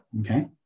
Okay